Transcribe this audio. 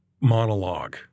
monologue